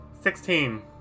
Sixteen